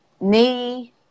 knee